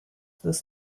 this